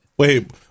Wait